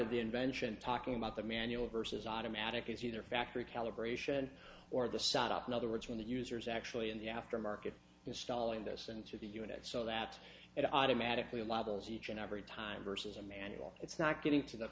of the invention talking about the manual versus automatic it's either factory calibration or the sat up in other words when the user is actually in the aftermarket installing distance of the unit so that it automatically levels each and every time versus a manual it's not getting to the